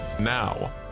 Now